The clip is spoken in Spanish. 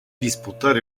disputar